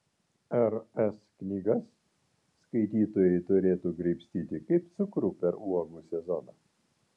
r s knygas skaitytojai turėtų graibstyti kaip cukrų per uogų sezoną